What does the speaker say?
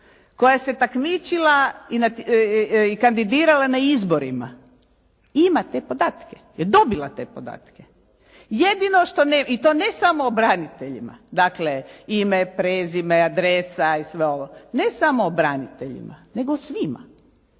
koja se takmičila i kandidirala na izborima ima te podatke, je dobila te podatke jedino što ne, i to ne samo o braniteljima dakle ime, prezime, adresa i sve ovo. Ne samo o braniteljima nego o svima.